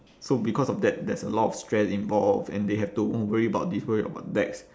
so because of that there's a lot of stress involved and they have to worry about this about debts